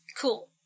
Cool